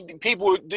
People